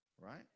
Right